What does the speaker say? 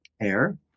air